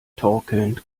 torkelnd